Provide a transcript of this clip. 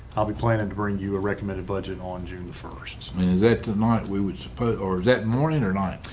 i'll be planning to bring you a recommended budget on june. the first i mean is that tonight we would or that morning or night.